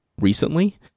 recently